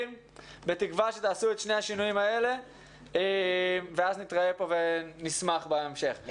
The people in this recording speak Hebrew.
בתקווה שתעשו את שני השינויים האלה ואז נתראה כאן ונשמח בהמשך.